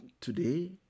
today